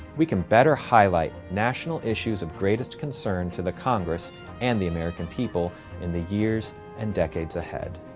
we can better highlight national issues of greatest concern to the congress and the american people in the years and decades ahead.